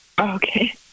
Okay